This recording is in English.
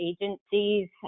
agencies